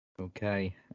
Okay